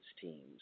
teams